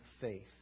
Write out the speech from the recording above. faith